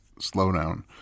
slowdown